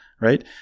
right